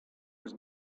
was